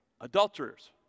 Adulterers